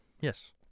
Yes